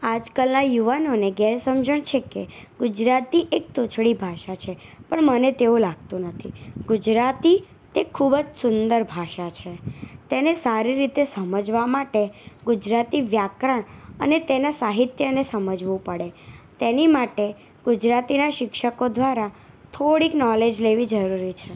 આજકાલના યુવાનોને ગેર સમજણ છે કે ગુજરાતી એક તોછડી ભાષા છે પણ મને તેવું લાગતું નથી ગુજરાતી તે ખૂબ જ સુંદર ભાષા છે તેને સારી રીતે સમજવા માટે ગુજરાતી વ્યાકરણ અને તેનાં સાહિત્યને સમજવું પડે તેની માટે ગુજરાતીના શિક્ષકો દ્વારા થોડીક નોલેજ લેવી જરૂરી છે